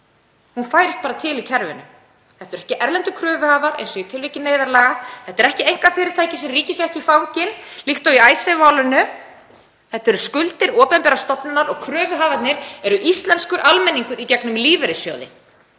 Hún færist bara til í kerfinu. Þetta eru ekki erlendir kröfuhafar eins og í tilviki neyðarlaga. Þetta er ekki einkafyrirtæki sem ríkið fékk í fangið líkt og í Icesave-málinu. Þetta eru skuldir opinberrar stofnunar og kröfuhafarnir eru íslenskur almenningur í gegnum lífeyrissjóði.